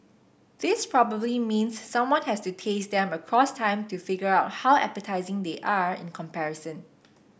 this probably means someone has to taste them across time to figure out how appetising they are in comparison